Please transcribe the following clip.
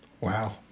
Wow